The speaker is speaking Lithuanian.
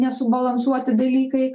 nesubalansuoti dalykai